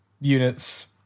units